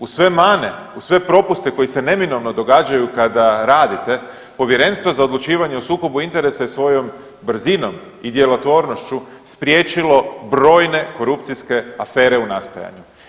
Uz sve mane, uz sve propuste koji se neminovno događaju kada radite Povjerenstvo za odlučivanje o sukobu interesa je svojom brzinom i djelotvornošću spriječilo brojne korupcijske afere u nastajanju.